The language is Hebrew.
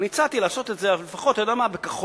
אני הצעתי לעשות את זה לפחות בכחול-לבן.